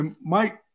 Mike